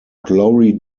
glory